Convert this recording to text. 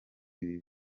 ibi